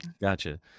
Gotcha